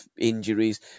injuries